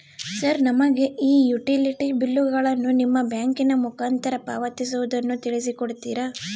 Sir ನಮಗೆ ಈ utility ಬಿಲ್ಲುಗಳನ್ನು ನಿಮ್ಮ ಬ್ಯಾಂಕಿನ ಮುಖಾಂತರ ಪಾವತಿಸುವುದನ್ನು ತಿಳಿಸಿ ಕೊಡ್ತೇರಾ?